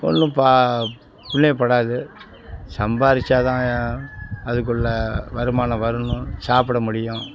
ஒன்றும் புள்ளைங்கப்படாது சம்பாதிச்சா தாங்க அதுக்குள்ளே வருமானம் வரணும் சாப்பிட முடியும்